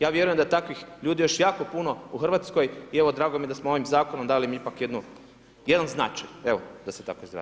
Ja vjerujem da takvih ljudi, još jako puno u Hrvatskoj i evo, drago mi je da smo ovim zakonom dali ipak jedan značaj, da se tako izrazim.